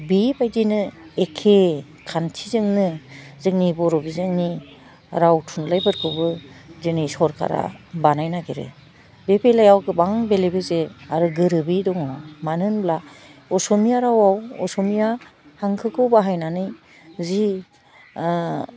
बि बायदिनो एके खान्थिजोंनो जोंनि बर' बिजोंनि राव थुनलाइफोरखौबो दिनै सरकारा बानाय नागिरो बे बेलायाव गोबां बेले बेजे आरो गोरोबि दङ मानो होनब्ला असमिया रावाव असमिया हांखोखौ बाहायनानै जि ओह